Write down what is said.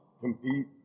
compete